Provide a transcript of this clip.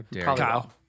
Kyle